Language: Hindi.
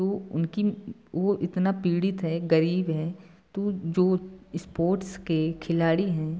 वो उनकी वो इतना पीड़ित है गरीब है तो जो स्पोर्ट्स के खिलाड़ी हैं